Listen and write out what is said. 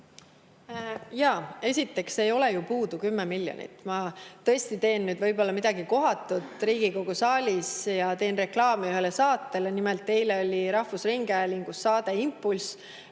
Esiteks ei ole ju puudu 10 miljonit eurot. Ma tõesti teen nüüd võib-olla midagi kohatut Riigikogu saalis ja teen reklaami ühele saatele. Nimelt, eile oli rahvusringhäälingus saade "Impulss",